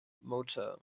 motor